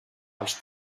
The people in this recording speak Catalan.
als